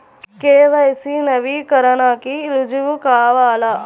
KYC నవీకరణకి రుజువు కావాలా?